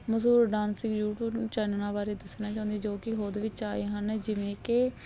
ਮਸ਼ਹੂਰ dancing YouTube ਚੈਨਲਾਂ ਬਾਰੇ ਦੱਸਣਾ ਚਾਹੁੰਦੀ ਜੋ ਕਿ ਹੋਂਦ ਵਿੱਚ ਆਏ ਹਨ ਜਿਵੇਂ ਕਿ